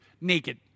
Naked